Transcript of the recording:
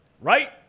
right